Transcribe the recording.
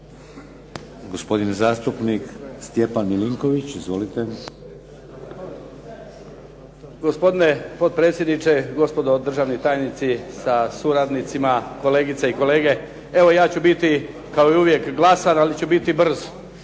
Gospodin zastupnik Stjepan Milinković. Izvolite. **Milinković, Stjepan (HDZ)** Gospodine potpredsjedniče. Gospodo državni tajnici sa suradnicima. Kolegice i kolege. Evo ja ću biti kao i uvijek glasan, ali ću biti brz